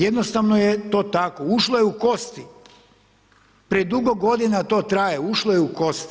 Jednostavno je to tako, ušlo je u kosti, predugo godina to traje, ušlo je u kosti.